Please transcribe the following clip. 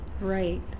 Right